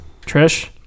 Trish